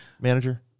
manager